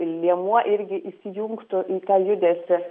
liemuo irgi įsijungtų į tą judesį